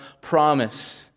promise